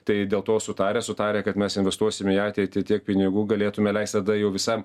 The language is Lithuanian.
tai dėl to sutarę sutarę kad mes investuosim į ateitį tiek pinigų galėtume leist tada jau visam